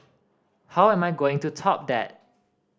how am I going to top that